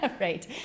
right